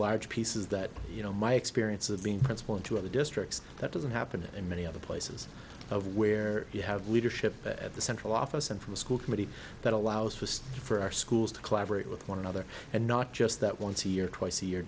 large pieces that you know my experience of being principal in two of the districts that doesn't happen in many other places of where you have leadership at the central office and from a school committee that allows for for our schools to collaborate with one another and not just that once a year twice a year